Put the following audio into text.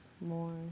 more